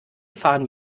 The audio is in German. fahren